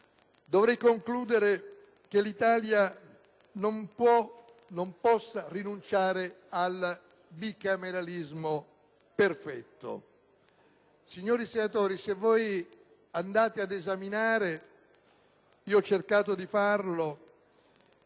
dovrei concludere che l'Italia non possa rinunciare al bicameralismo perfetto. Signori senatori, se andate ad esaminare - io ho cercato di farlo